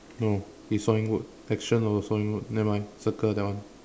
no he's sawing wood action of sawing wood nevermind circle that one